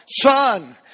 Son